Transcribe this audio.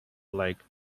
like